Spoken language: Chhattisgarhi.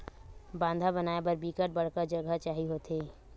बांधा बनाय बर बिकट बड़का जघा चाही होथे